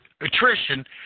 attrition